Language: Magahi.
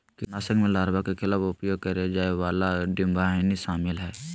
कीटनाशक में लार्वा के खिलाफ उपयोग करेय जाय वाला डिंबवाहिनी शामिल हइ